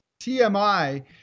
TMI